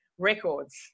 records